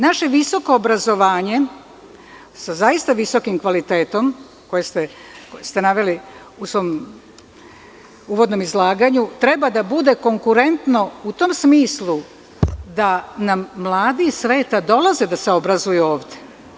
Naše visoko obrazovanje sa zaista visokim kvalitetom, koje ste naveli u svom uvodnom izlaganju, treba da bude konkurentno u tom smislu da nam mladi iz sveta dolaze da se obrazuju ovde.